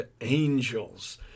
angels